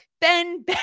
Ben